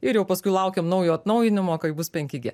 ir jau paskui laukiam naujo atnaujinimo kai bus penki gie